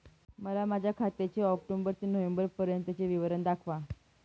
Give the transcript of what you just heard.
मला माझ्या खात्याचे ऑक्टोबर ते नोव्हेंबर पर्यंतचे विवरण दाखवा